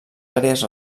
àrees